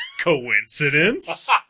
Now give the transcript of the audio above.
Coincidence